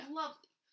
lovely